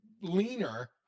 leaner